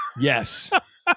Yes